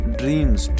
dreams